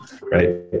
right